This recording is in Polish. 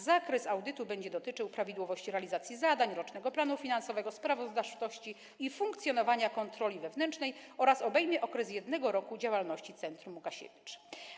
Zakres audytu będzie dotyczył prawidłowości realizacji zadań, rocznego planu finansowego, sprawozdawczości i funkcjonowania kontroli wewnętrznej oraz obejmie okres jednego roku działalności Centrum Łukasiewicz.